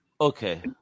Okay